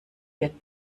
wir